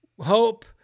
Hope